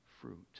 fruit